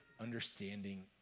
understanding